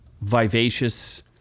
vivacious